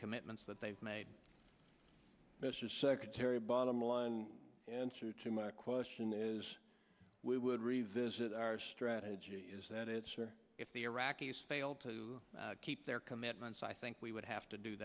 commitments that they've made mr secretary bottom line answer to my question is we would revisit our strategy is that it's or if the iraqis fail to keep their commitments i think we would have to do